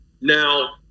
Now